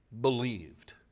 believed